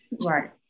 Right